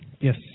Yes